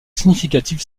significative